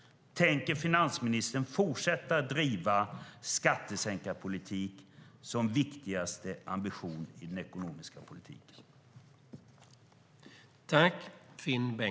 Tänker finansministern fortsätta att driva skattesänkarpolitik som den viktigaste ambitionen i den ekonomiska politiken?